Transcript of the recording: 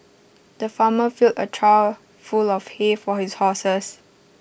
the farmer filled A trough full of hay for his horses